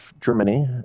Germany